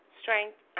strength